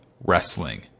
wrestling